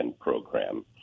Program